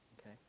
okay